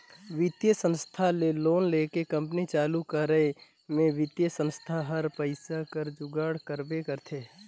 बित्तीय संस्था ले लोन लेके कंपनी चालू करे में बित्तीय संस्था हर पइसा कर जुगाड़ करबे करथे